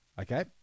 Okay